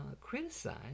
criticize